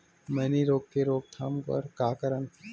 मैनी रोग के रोक थाम बर का करन?